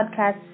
Podcast